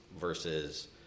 versus